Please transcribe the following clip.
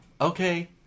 Okay